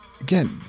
Again